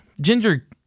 ginger